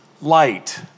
light